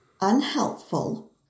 unhelpful